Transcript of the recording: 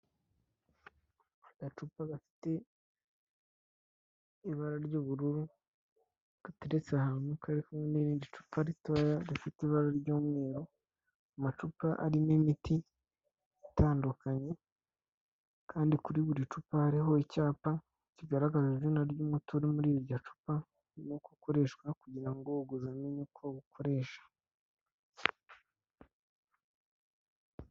Agacupa gafite ibara ry'ubururu, gateretse ahantu kari kumwe n'irindi cupa ritoya rifite ibara ry'umweru, amacupa arimo imiti itandukanye kandi kuri buri cupa hariho icyapa, kigaragaza izina ry'umuti uri muri iryo cupa n'uko ukoreshwa kugira ngo uwuguze amenye uko uwukoreshwa.